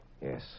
Yes